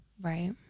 Right